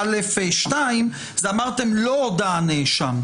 20יב(א)(2), אמרתם לא הודה הנאשם.